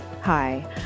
Hi